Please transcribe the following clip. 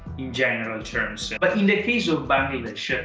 in general terms. but in the case of bangladesh,